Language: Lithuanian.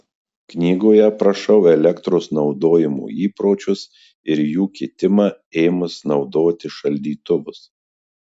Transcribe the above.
knygoje aprašau elektros naudojimo įpročius ir jų kitimą ėmus naudoti šaldytuvus